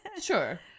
sure